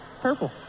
purple